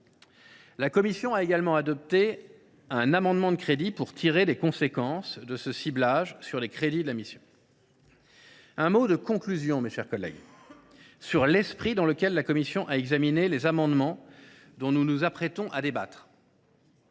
La commission a également adopté un amendement pour tirer les conséquences de ce ciblage des aides sur les crédits de la mission. En conclusion, je dirai un mot sur l’esprit dans lequel la commission a examiné les amendements dont nous nous apprêtons à débattre